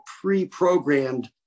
pre-programmed